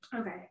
Okay